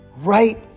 right